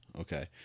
Okay